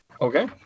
Okay